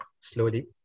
slowly